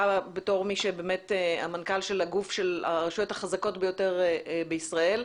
אתה בתור המנכ"ל של הגוף של הרשויות החזקות ביותר בישראל.